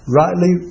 rightly